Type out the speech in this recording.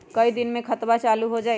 कई दिन मे खतबा चालु हो जाई?